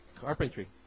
carpentry